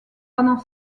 pendant